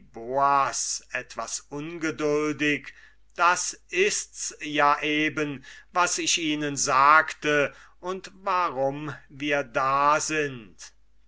etwas ungeduldig das ists ja eben was ich ihnen sagte und warum wir da sind